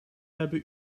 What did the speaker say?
hebben